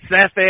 Seth